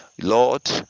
Lord